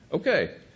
Okay